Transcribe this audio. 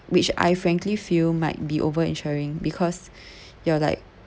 which I frankly feel might be over insuring because you are like